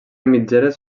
mitgeres